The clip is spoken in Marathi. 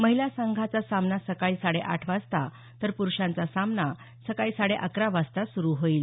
महिला संघाचा सामना सकाळी साडेआठ वाजता तर पुरुषांचा सामना सकाळी साडेअकरा वाजता सुरु होईल